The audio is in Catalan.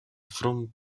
front